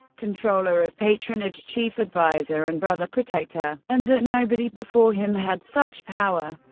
controller of patronage, chief adviser, and brother protector and that nobody before him had such power.